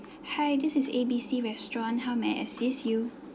hi this is A_B_C restaurant how may I assist you